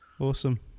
Awesome